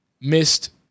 missed